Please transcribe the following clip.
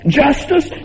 justice